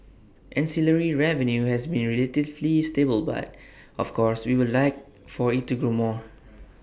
ancillary revenue has been relatively stable but of course we would like for IT to grow more